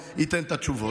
זה בדיוק על מה שאתה חושב.